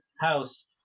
house